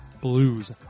blues